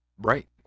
Right